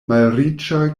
malriĉa